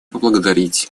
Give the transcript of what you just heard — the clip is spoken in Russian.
поблагодарить